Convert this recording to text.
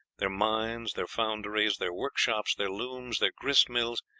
their mines, their founderies, their workshops, their looms, their grist-mills,